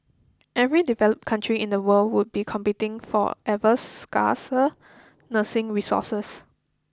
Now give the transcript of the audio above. every developed country in the world would be competing for ever scarcer nursing resources